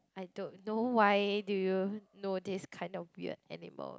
I don't know why do you know this kind of weird animal